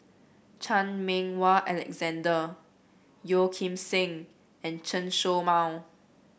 Chan Meng Wah Alexander Yeo Kim Seng and Chen Show Mao